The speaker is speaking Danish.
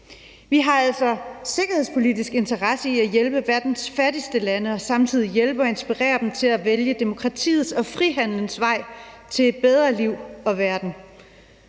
Vi har altså sikkerhedspolitisk interesse i at hjælpe verdens fattigste lande og samtidig hjælpe og inspirere dem til at vælge demokratiets og frihandelens vej til et bedre liv og en